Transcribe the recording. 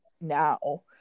now